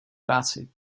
práci